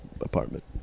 apartment